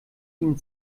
ihnen